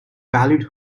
valued